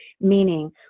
Meaning